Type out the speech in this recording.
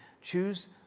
Choose